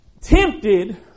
tempted